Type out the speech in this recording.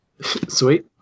Sweet